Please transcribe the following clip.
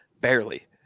Barely